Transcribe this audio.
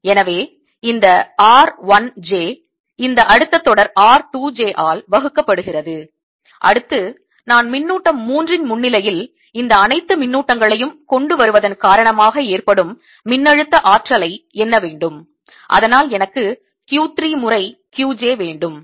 எனவே இந்த r 1 j இந்த அடுத்த தொடர் r 2 j ஆல் வகுக்கப்படுகிறது அடுத்து நான் மின்னூட்டம் 3 இன் முன்னிலையில் இந்த அனைத்து மின்னூட்டங்களையும் கொண்டு வருவதன் காரணமாக ஏற்படும் மின்னழுத்த ஆற்றலை எண்ண வேண்டும் அதனால் எனக்கு q 3 முறை q j வேண்டும்